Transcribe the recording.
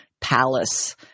palace